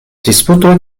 disputoj